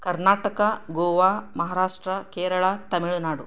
Karnataka Goa Maharashtra Kerala Tamil Nadu